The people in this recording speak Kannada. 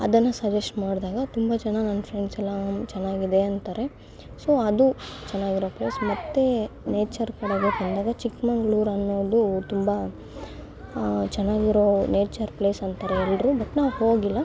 ಅದನ್ನು ಸಜೆಸ್ಟ್ ಮಾಡಿದಾಗ ತುಂಬ ಜನ ನನ್ನ ಫ್ರೆಂಡ್ಸೆಲ್ಲ ಚೆನ್ನಾಗಿದೆ ಅಂತಾರೆ ಸೊ ಅದು ಚೆನ್ನಾಗಿರೋ ಪ್ಲೇಸ್ ಮತ್ತೆ ನೇಚರ್ ಕಡೆಗೆ ಬಂದಾಗ ಚಿಕ್ಕಮಂಗ್ಳೂರು ಅನ್ನೋದು ತುಂಬ ಚೆನ್ನಾಗಿರೋ ನೇಚರ್ ಪ್ಲೇಸ್ ಅಂತಾರೆ ಎಲ್ಲರೂ ಬಟ್ ನಾವು ಹೋಗಿಲ್ಲ